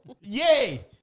Yay